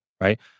right